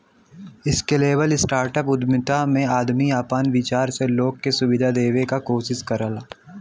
scalable startup उद्यमिता में आदमी आपन विचार से लोग के सुविधा देवे क कोशिश करला